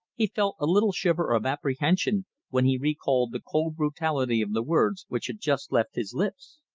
he felt a little shiver of apprehension when he recalled the cold brutality of the words which had just left his lips!